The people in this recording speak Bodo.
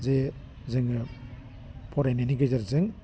जे जोङो फरायनायनि गेजेरजों